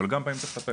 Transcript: אבל גם בהם צריך לטפל,